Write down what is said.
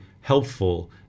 helpful